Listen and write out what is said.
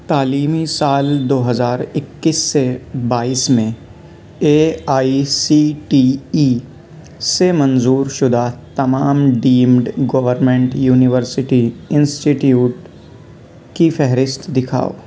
تعلیمی سال دو ہزار اکّیس سے بائیس میں A I C T E سے منظور شدہ تمام ڈیمڈ گورنمنٹ یونیورسٹی انسٹیٹیوٹ کی فہرست دکھاؤ